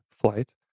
flight